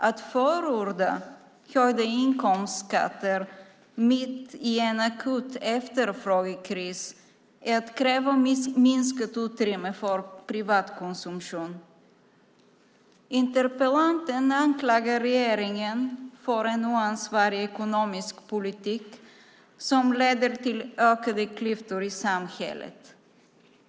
Att förorda höjda inkomstskatter mitt i en akut efterfrågekris är att kräva minskat utrymme för privat konsumtion. Interpellanten anklagar regeringen för en oansvarig ekonomisk politik som leder till ökade klyftor i samhället.